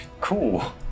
Cool